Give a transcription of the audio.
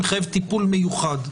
שהוא מחייב טיפול מיוחד,